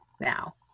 now